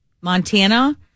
Montana